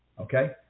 okay